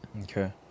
Okay